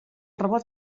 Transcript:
robot